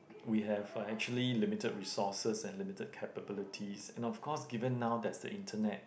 we have uh actually limited resources and limited capabilities and of course given now there's the internet